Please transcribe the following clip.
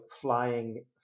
flying